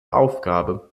aufgabe